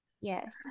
Yes